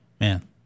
Man